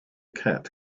cat